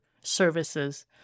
services